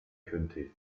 könnte